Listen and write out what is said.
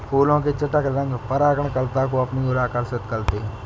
फूलों के चटक रंग परागणकर्ता को अपनी ओर आकर्षक करते हैं